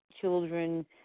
children